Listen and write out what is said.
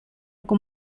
con